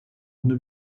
ohne